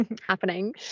happening